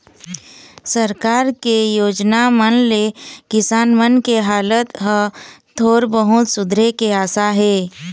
सरकार के योजना मन ले किसान मन के हालात ह थोर बहुत सुधरे के आसा हे